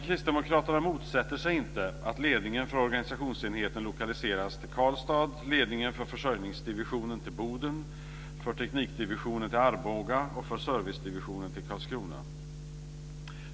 Kristdemokraterna motsätter sig inte att ledningen för organisationsenheten lokaliseras till Karlstad, för försörjningsdivisionen till Boden, för teknikdivisionen till Arboga och för servicedivisionen till Karlskrona.